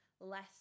less